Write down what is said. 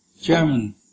German